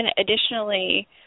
additionally